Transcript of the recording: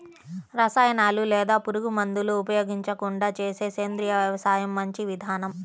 రసాయనాలు లేదా పురుగుమందులు ఉపయోగించకుండా చేసే సేంద్రియ వ్యవసాయం మంచి విధానం